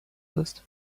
list